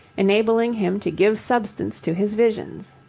enabling him to give substance to his visions.